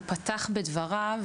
הוא פתח בדבריו,